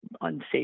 unsafe